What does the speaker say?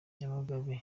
nyamagabe